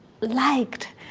liked